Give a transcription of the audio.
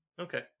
Okay